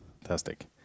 Fantastic